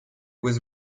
was